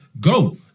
go